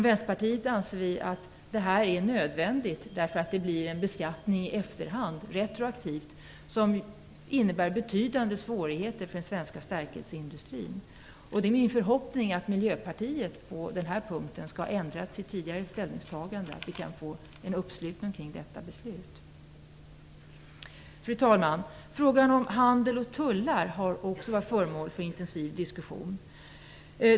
Vänsterpartiet anser att det är nödvändigt, eftersom det blir en retroaktiv beskattning, som innebär betydande svårigheter för den svenska stärkelseindustrin. Det är min förhoppning att Miljöpartiet skall ha ändrat sitt tidigare ställningstagande på den här punkten, så att vi kan få en uppslutning kring detta. Fru talman! Frågan om handel och tullar har också varit föremål för intensiv diskussion.